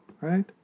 right